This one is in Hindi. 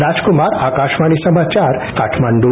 राजक्मार आकाशवाणी समाचार काठमांडू